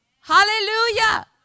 Hallelujah